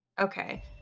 okay